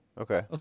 Okay